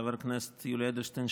חבר הכנסת יולי אדלשטיין,